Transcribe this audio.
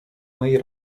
mej